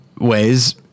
ways